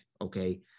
okay